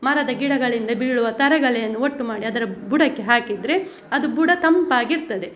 ಮರದ ಗಿಡಗಳಿಂದ ಬೀಳುವ ತರಗೆಲೆಯನ್ನು ಒಟ್ಟು ಮಾಡಿ ಅದರ ಬುಡಕ್ಕೆ ಹಾಕಿದರೆ ಅದು ಬುಡ ತಂಪಾಗಿರ್ತದೆ